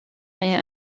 est